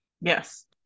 yes